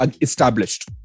established